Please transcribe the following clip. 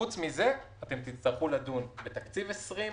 חוץ מזה תצטרכו לדון בתקציב 2020,